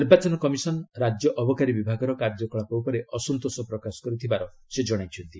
ନିର୍ବାଚନ କମିଶନ୍ ରାଜ୍ୟ ଅବକାରୀ ବିଭାଗର କାର୍ଯ୍ୟକଳାପ ଉପରେ ଅସନ୍ତୋଷ ପ୍ରକାଶ କରିଥିବାର ସେ ଜଣାଇଛନ୍ତି